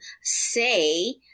say